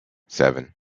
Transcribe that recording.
seven